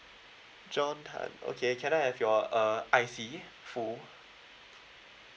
john tan okay can I have your uh I_C full